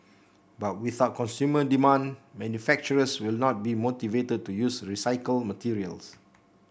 but without consumer demand manufacturers will not be motivated to use recycled materials